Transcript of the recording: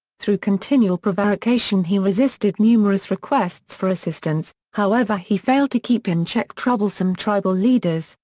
through continual prevarication he resisted numerous requests for assistance, however he failed to keep in check troublesome tribal leaders,